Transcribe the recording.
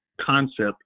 concept